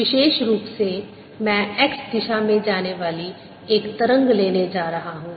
विशेष रूप से मैं x दिशा में जाने वाली एक तरंग लेने जा रहा हूं